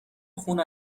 خون